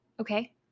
Okay